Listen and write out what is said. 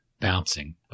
bouncing